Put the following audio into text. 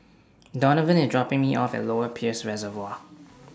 Donavan IS dropping Me off At Lower Peirce Reservoir